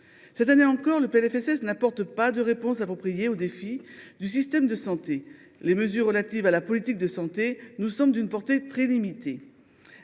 Cette année encore, le PLFSS n’apporte pas de réponse appropriée aux défis posés à notre système de santé. Les mesures relatives à la politique de santé nous semblent être d’une portée très limitée.